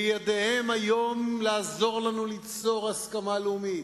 בידיהם היום לעזור לנו ליצור הסכמה לאומית,